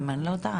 אם אני לא טועה,